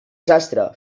sastre